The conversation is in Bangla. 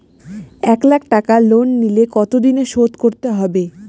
এক লাখ টাকা লোন নিলে কতদিনে শোধ করতে হবে?